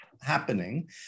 happening